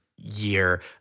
year